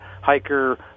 hiker